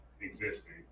existing